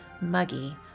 muggy